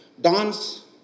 dance